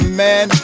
man